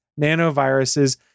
nanoviruses